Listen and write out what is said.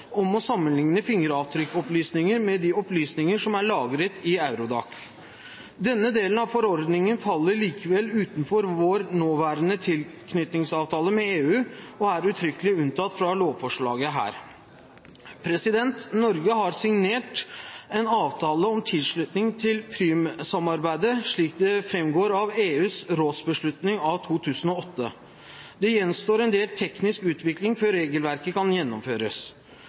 om å sammenligne fingeravtrykksopplysninger med de opplysninger som er lagret i Eurodac. Denne delen av forordningen faller likevel utenfor vår nåværende tilknytningsavtale med EU, og er uttrykkelig unntatt fra lovforslaget her. Norge har signert en avtale om tilslutning til Prüm-samarbeidet slik det framgår av EUs rådsbeslutning av 2008. Det gjenstår en del teknisk utvikling før regelverket kan gjennomføres.